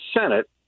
Senate